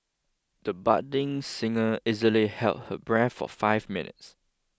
he budding singer easily held her breath for five minutes